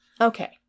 Okay